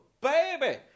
baby